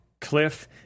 Cliff